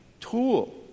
tool